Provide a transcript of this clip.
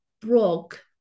broke